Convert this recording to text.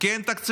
כי אין תקציב.